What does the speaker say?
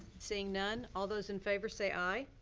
seeing none, all those in favor, say aye.